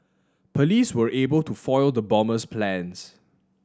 police were able to foil the bomber's plans